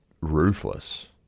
ruthless